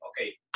okay